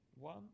One